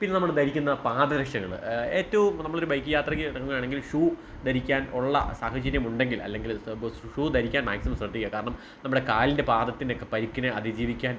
പിന്നെ നമ്മൾ ധരിക്കുന്ന പാദരക്ഷകൾ ഏറ്റവും നമ്മളൊരു ബൈക്ക് യാത്രയ്ക്ക് ഇറങ്ങുകയാണെങ്കിൽ ഷൂ ധരിക്കാൻ ഉള്ള സാഹചര്യം ഉണ്ടെങ്കിൽ അല്ലെങ്കിൽ സ ബ ഷൂ ധരിക്കാൻ മാക്സിമം ശ്രദ്ധിക്കുക കാരണം നമ്മുടെ കാലിൻ്റെ പാദത്തിൻ്റെ ഒക്കെ പരിക്കിനെ അതിജീവിക്കാൻ